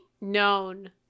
known